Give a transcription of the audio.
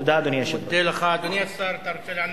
תודה, אדוני היושב-ראש.